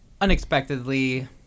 Unexpectedly